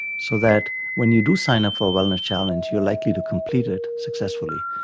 so that when you do signup for a wellness challenge you're likely to complete it successfully.